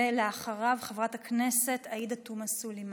ואחריו, חברת הכנסת עאידה תומא סלימאן.